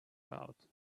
about